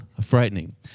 frightening